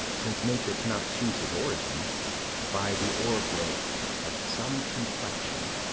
since nature cannot choose his origin by the o'ergrowth of some complexion,